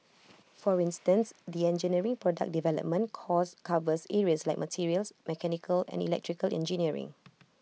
for instance the engineering product development course covers areas like materials mechanical and electrical engineering